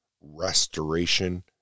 Restoration